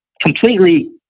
completely